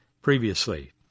previously